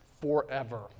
forever